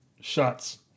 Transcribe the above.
Shots